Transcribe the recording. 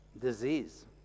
Disease